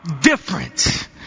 different